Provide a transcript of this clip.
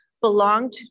belonged